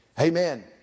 Amen